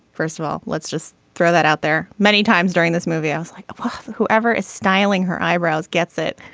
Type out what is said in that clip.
first of all let's just throw that out there many times during this movie i was like ah whoever is styling her eyebrows gets it.